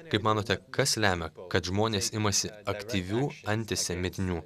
kaip manote kas lemia kad žmonės imasi aktyvių antisemitinių